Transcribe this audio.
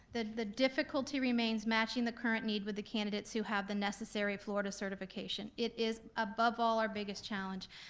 the the difficulty remains matching the current need with the candidates who have the necessary florida certification. it is, above all, our biggest challenge.